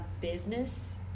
business